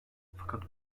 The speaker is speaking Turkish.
fakat